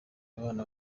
abana